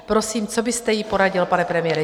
Prosím, co byste jí poradil, pane premiére?